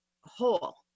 whole